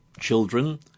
children